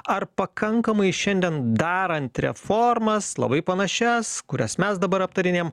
ar pakankamai šiandien darant reformas labai panašias kurias mes dabar aptarinėjam